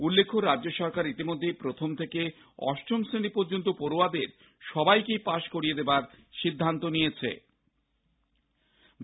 উল্লেখ্য রাজ্য সরকার ইতিমধ্যেই প্রথম থেকে অষ্টমশ্রেণী পর্যন্ত পড়য়াদের সবাইকে পাশ করিয়ে দেবার সিদ্ধান্ত নিয়েছে